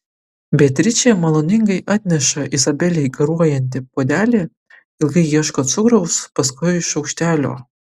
beatričė maloningai atneša izabelei garuojantį puodelį ilgai ieško cukraus paskui šaukštelio